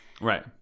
Right